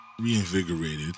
reinvigorated